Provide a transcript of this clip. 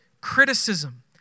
criticism